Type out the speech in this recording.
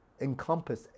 encompass